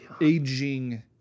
aging